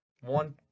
One